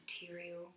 material